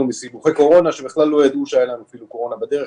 מסיבוכי קורונה שבכלל לא ידעו שהיה להם קורונה בדרך,